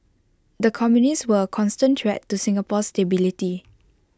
the communists were A constant threat to Singapore's stability